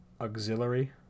auxiliary